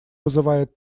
вызывает